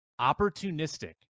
opportunistic